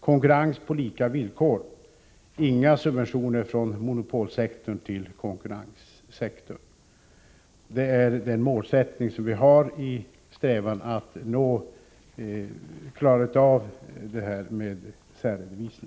Konkurrens på lika villkor och inga subventioner från monopolsektorn till konkurrenssektorn är den målsättning som vi har i strävandena att klara av särredovisningen.